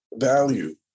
value